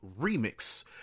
remix